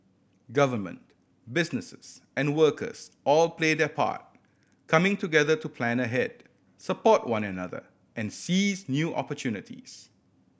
government businesses and workers all play their part coming together to plan ahead support one another and seize new opportunities